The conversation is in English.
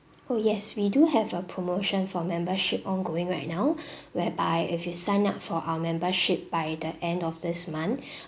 oh yes we do have a promotion for membership ongoing right now whereby if you sign up for our membership by the end of this month